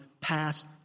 past